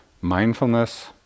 mindfulness